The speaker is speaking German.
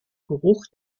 geruch